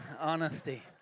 honesty